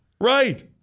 Right